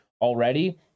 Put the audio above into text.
already